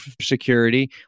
security